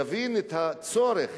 יבין את הצורך,